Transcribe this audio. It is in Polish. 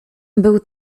był